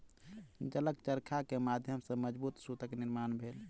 जलक चरखा के माध्यम सॅ मजबूत सूतक निर्माण भेल